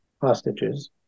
hostages